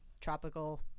tropical